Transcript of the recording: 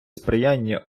сприяння